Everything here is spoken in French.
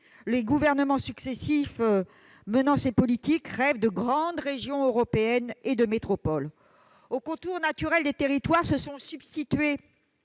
Les gouvernements successifs menant ces politiques ne rêvent que de grandes régions européennes et de métropoles. Aux contours naturels des territoires se sont substitués